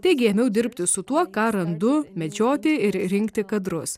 taigi ėmiau dirbti su tuo ką randu medžioti ir rinkti kadrus